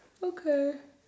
okay